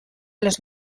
les